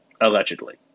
allegedly